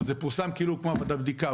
אז זה פורסם כמו ועדת בדיקה.